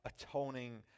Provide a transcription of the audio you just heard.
atoning